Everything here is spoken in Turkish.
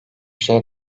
şey